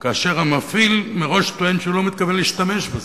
כאשר המפעיל מראש טוען שהוא לא מתכוון להשתמש בזה?